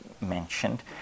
mentioned